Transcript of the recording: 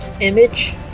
image